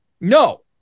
No